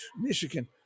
Michigan